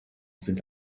sind